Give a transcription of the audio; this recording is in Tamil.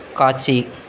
காட்சி